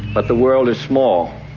but the world is small.